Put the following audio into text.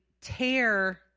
tear